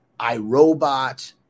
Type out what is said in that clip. iRobot